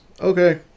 okay